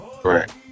Correct